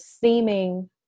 Seeming